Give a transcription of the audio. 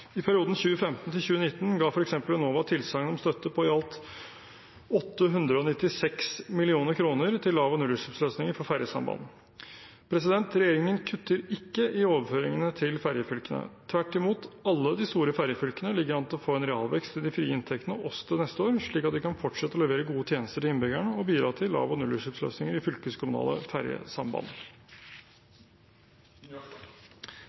I perioden 2015–2019 ga f.eks. Enova tilsagn om støtte på i alt 896 mill. kr til lav- og nullutslippsløsninger for fergesamband. Regjeringen kutter ikke i overføringene til fergefylkene. Tvert imot, alle de store fergefylkene ligger an til å få en realvekst i de frie inntektene også til neste år, slik at de kan fortsette å levere gode tjenester til innbyggerne og bidra til lav- og nullutslippsløsninger i fylkeskommunale